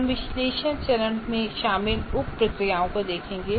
हम विश्लेषण चरण में शामिल उप प्रक्रियाओं को देखेंगे